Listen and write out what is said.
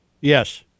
Yes